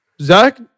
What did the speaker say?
Zach